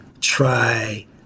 try